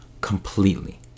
completely